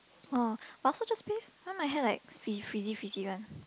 oh but I also just bathe now my hair like frizzy frizzy frizzy one